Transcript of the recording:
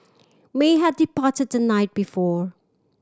may had departed the night before